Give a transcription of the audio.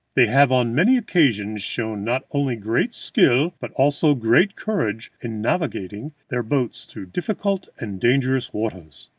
they have on many occasions shown not only great skill but also great courage in navigating their boats through difficult and dangerous waters.